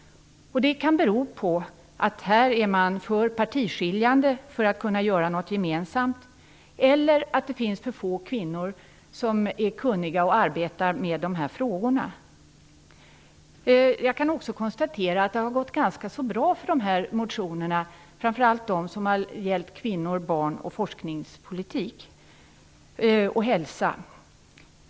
Det kan bero på att man här är för partiskiljande för att kunna göra något gemensamt eller på att det finns för få kvinnor som är kunniga och arbetar med de här frågorna. Jag kan också konstatera att det har gått ganska bra för de här motionerna, framför allt de som har gällt kvinnor, barn, hälsa och forskningspolitik.